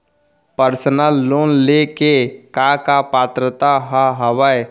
Personal loan ले के का का पात्रता का हवय?